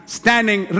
standing